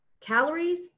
calories